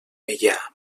meià